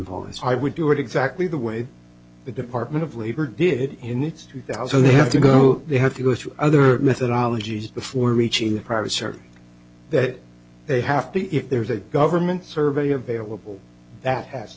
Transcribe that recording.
paul and i would do it exactly the way the department of labor did in its two thousand they have to go they have to go through other methodology before reaching the private service that they have to if there's a government survey available that has